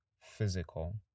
physical